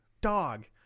dog